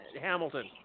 Hamilton